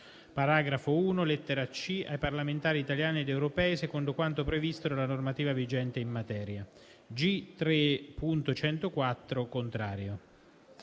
paragrafo 1, lettera *c)*, a parlamentari italiani ed europei secondo quanto previsto dalla normativa vigente in materia».